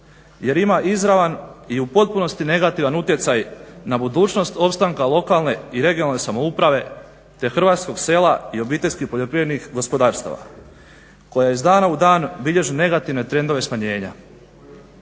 jer ima izravan i u potpunosti negativan utjecaj na budućnost opstanka lokalne i regionalne samouprave, te hrvatskog sela i obiteljskih poljoprivrednih gospodarstava koja iz dana u dan bilježe negativne trendove smanjenja.